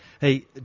Hey